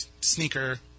sneaker